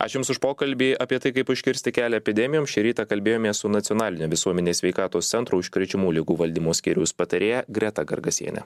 ačiū jums už pokalbį apie tai kaip užkirsti kelią epidemijoms šį rytą kalbėjomės su nacionalinio visuomenės sveikatos centro užkrečiamų ligų valdymo skyriaus patarėja greta gargasiene